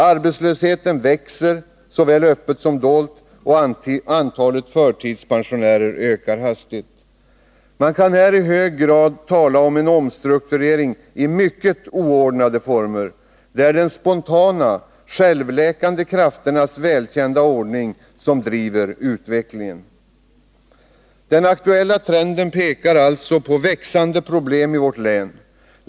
Arbetslösheten växer, såväl öppet som dolt, och antalet förtidspensionärer ökar hastigt. Man kan här i hög grad tala om en omstrukturering i mycket oordnade former. Det är de spontana ”självläkande krafternas” välkända ordning som driver utvecklingen. Den aktuella trenden pekar alltså på växande problem i länet.